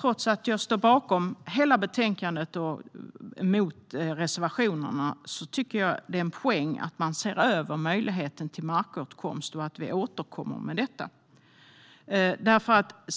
Trots att jag står bakom hela betänkandet och yrkar avslag på reservationerna är det en poäng att se över möjligheten till markåtkomst. Sedan får vi återkomma till den frågan.